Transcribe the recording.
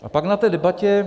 A pak na té debatě...